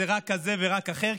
זה רק הזה ורק אחר,